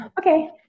Okay